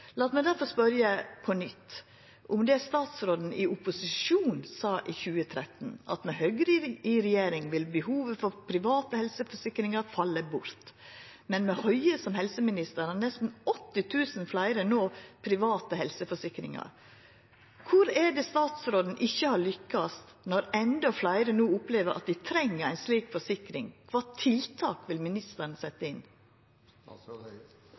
Lat meg difor spørja på nytt om det Høie i opposisjon sa i 2013, at med Høgre i regjering vil behovet for private helseforsikringar falla bort. Men med Høie som helseminister har nesten 80 000 fleire no private helseforsikringar. Kvar er det statsråden ikkje har lukkast, når endå fleire no opplever at dei treng ei slik forsikring? Kva tiltak vil ministeren setja inn?